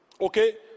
Okay